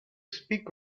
speak